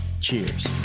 Cheers